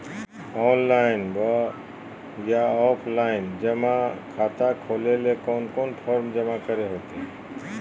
Online बोया offline जमा खाता खोले ले कोन कोन फॉर्म जमा करे होते?